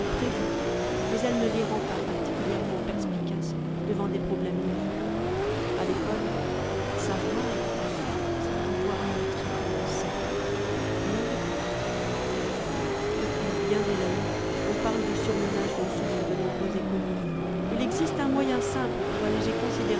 prévues mais elle ne les rend pas particulièrement perspicaces devant des problèmes nouveaux a l'école savoir c'est pouvoir montrer que l'on sait rien de plus depuis bien des années on parle du surmenage dont souffrent de nombreux écoliers il existe un moyen simple pour alléger